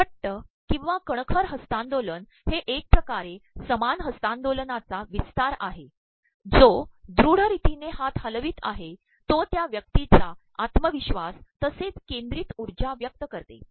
घट्ि ककंवा कणखर हस्त्तांदोलन हे एक िकारे समान हस्त्तांदोलनाचा प्रवस्त्तार आहे जो दृढ रीतीने हात हलप्रवत आहे ते त्या व्यक्तीचा आत्मप्रवश्वास तसेच कें द्रित उजाय व्यक्त करते